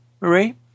Marie